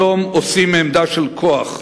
שלום עושים מעמדה של כוח,